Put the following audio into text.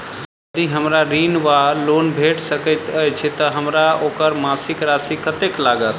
यदि हमरा ऋण वा लोन भेट सकैत अछि तऽ हमरा ओकर मासिक राशि कत्तेक लागत?